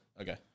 Okay